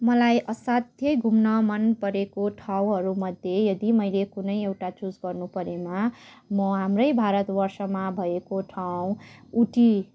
मलाई असाध्यै घुम्न मन परेको ठाउँहरूमध्ये यदि मैले कुनै एउटा चुज गर्नु परेमा म हाम्रै भारत वर्षमा भएको ठाउँ उटी